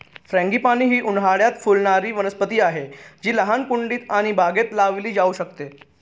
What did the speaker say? frangipani ही उन्हाळयात फुलणारी वनस्पती आहे जी लहान कुंडीत आणि बागेत लावली जाऊ शकते